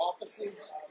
offices